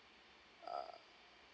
uh